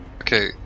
Okay